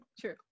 true